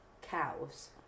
cows